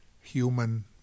human